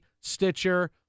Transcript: Stitcher